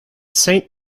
saint